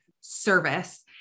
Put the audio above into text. service